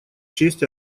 честь